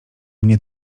mnie